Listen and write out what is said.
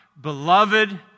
beloved